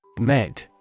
Med